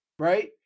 Right